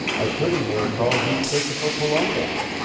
i pretty near called you christopher columbus.